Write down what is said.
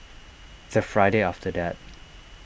the Friday after that